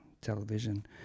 television